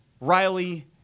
Riley